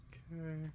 Okay